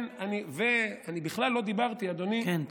אני בכלל לא דיברתי, אדוני, כן.